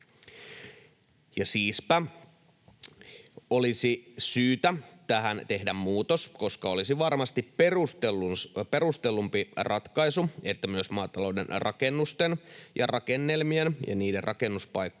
Siispä olisi syytä tähän tehdä muutos, koska olisi varmasti perustellumpi ratkaisu, että myös maatalouden rakennusten ja rakennelmien ja niiden rakennuspaikkojen